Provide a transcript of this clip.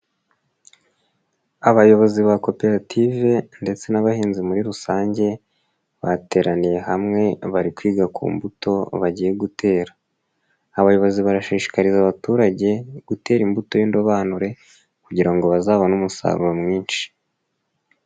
Abayobozi ba koperative ndetse n'abahinzi muri rusange bateraniye hamwe bari kwiga ku mbuto bagiye gutera, abayobozi barashishikariza abaturage gutera imbuto y'indobanure kugira ngo bazabone umusaruro mwinshi.